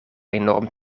enorm